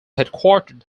headquartered